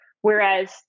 whereas